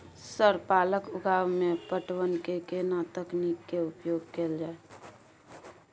Sir पालक उगाव में पटवन के केना तकनीक के उपयोग कैल जाए?